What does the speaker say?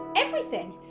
everything.